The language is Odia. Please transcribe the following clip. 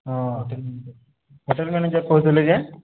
ହଁ ହୋଟେଲ୍ ମ୍ୟାନେଜର୍ କହୁଥୁଲେ ଯେ